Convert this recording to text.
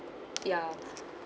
ya